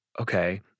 okay